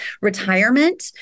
retirement